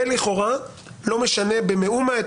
זה לכאורה לא משנה במאומה.